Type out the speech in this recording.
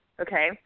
Okay